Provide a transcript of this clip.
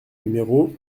numéro